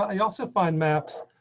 ah you also find maps.